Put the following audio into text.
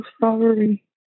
sorry